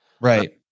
Right